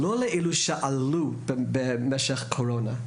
לא לאלה שעלו במשך הקורונה,